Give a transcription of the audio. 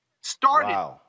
started